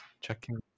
checking